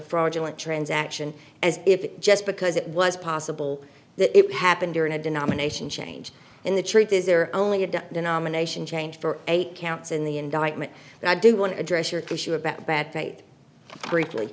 fraudulent transaction as if just because it was possible that it happened during a denomination change in the truth is there only a nomination change for eight counts in the indictment and i do want to address your question about bad faith briefly